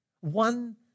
One